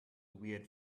weird